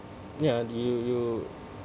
ya you you